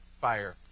fire